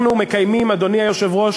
אנחנו מקיימים, אדוני היושב-ראש,